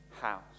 house